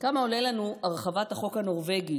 כמה עולה לנו הרחבת החוק הנורבגי,